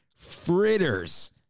fritters